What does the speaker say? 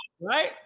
right